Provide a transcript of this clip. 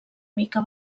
mica